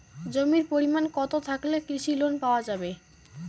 জমির পরিমাণ কতো থাকলে কৃষি লোন পাওয়া যাবে?